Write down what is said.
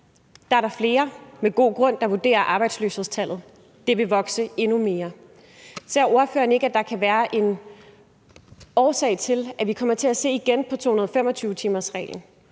er der flere, der med god grund vurderer, at arbejdsløshedstallet vil vokse endnu mere. Ser ordføreren ikke, at der kan være en grund til, at vi igen kommer til at se på 225-timersreglen